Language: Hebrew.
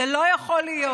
זה לא יכול להיות.